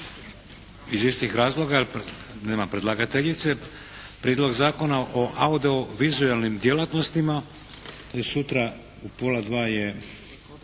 iz istih razloga, nema predlagateljice. Prijedlog zakona o audiovizualnim djelatnostima, sutra u pola dva je